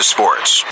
Sports